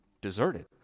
deserted